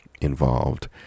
involved